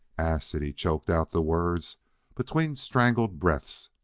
acid! he choked out the words between strangled breaths.